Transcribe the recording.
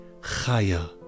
Chaya